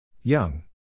Young